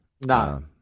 No